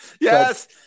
yes